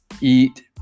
eat